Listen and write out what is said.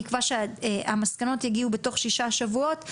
אני אקבע שהמסקנות יגיעו בתוך שישה שבועות,